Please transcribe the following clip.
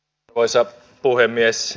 arvoisa puhemies